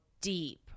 deep